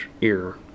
ear